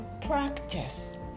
practice